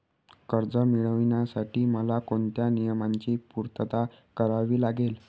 कर्ज मिळविण्यासाठी मला कोणत्या नियमांची पूर्तता करावी लागेल?